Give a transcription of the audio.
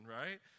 right